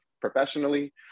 professionally